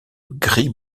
gris